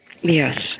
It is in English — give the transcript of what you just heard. Yes